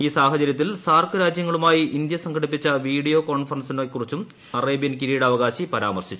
ഈ സാഹചര്യത്തിൽ സാർക് രാജ്യങ്ങളുമായി ഇന്ത്യ സംഘടിപ്പിച്ച വീഡിയോ കോൺഫറൻസിനെക്കുറിച്ചും അറേബ്യൻ കിരീടാവകാശി പരാമർശിച്ചു